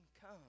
come